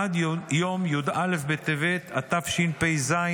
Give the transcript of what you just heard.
עד יום י"א בטבת התשפ"ז,